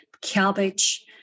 cabbage